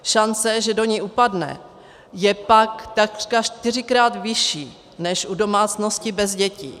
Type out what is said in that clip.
Šance, že do ní upadne, je pak takřka čtyřikrát vyšší než u domácností bez dětí.